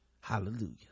hallelujah